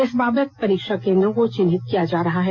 इस बाबत परीक्षा केंद्रों को चिन्हित किया जा रहा है